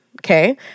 Okay